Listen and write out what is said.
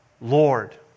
Lord